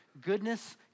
goodness